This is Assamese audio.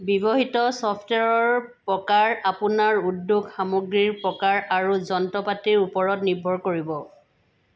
ব্যৱহৃত ছফ্টৱেৰৰ প্ৰকাৰ আপোনাৰ উদ্যোগ সামগ্ৰীৰ প্ৰকাৰ আৰু যন্ত্ৰপাতিৰ ওপৰত নিৰ্ভৰ কৰিব